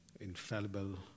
infallible